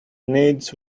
needs